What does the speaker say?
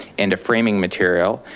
and a framing material.